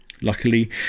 Luckily